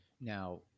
now